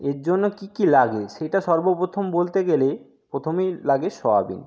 এর জন্য কি কি লাগে সেইটা সর্বপ্রথম বলতে গেলে প্রথমেই লাগে সোয়াবিন